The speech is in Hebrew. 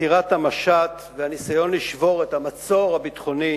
עצירת המשט והניסיון לשבור את המצור הביטחוני